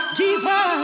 deeper